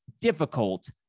difficult